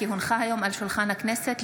כי הונחו היום על שולחן הכנסת,